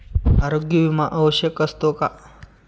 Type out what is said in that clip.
आरोग्य विमा का आवश्यक असतो?